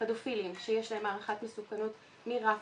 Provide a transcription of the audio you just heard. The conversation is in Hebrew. פדופילים שיש להם הערכת מסוכנות מרף